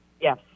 yes